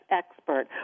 expert